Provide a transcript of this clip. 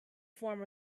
form